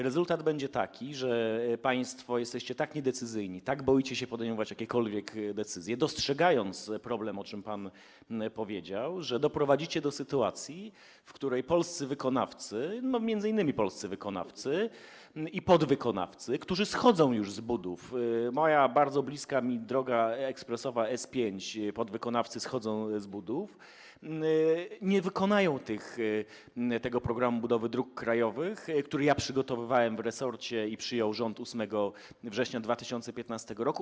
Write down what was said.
Rezultat będzie taki, że państwo - jesteście tak niedecyzyjni, tak boicie się podejmować jakiekolwiek decyzje, dostrzegając problem, o czym pan powiedział - doprowadzicie do sytuacji, w której polscy wykonawcy, m.in. polscy wykonawcy, i podwykonawcy, którzy schodzą już z budów - bardzo bliska jest mi droga ekspresowa S5, podwykonawcy schodzą z budów - nie wykonają założeń „Programu budowy dróg krajowych”, który ja przygotowywałem w resorcie i który rząd przyjął 8 września 2015 r.